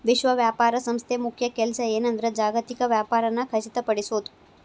ವಿಶ್ವ ವ್ಯಾಪಾರ ಸಂಸ್ಥೆ ಮುಖ್ಯ ಕೆಲ್ಸ ಏನಂದ್ರ ಜಾಗತಿಕ ವ್ಯಾಪಾರನ ಖಚಿತಪಡಿಸೋದ್